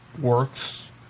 works